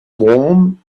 warm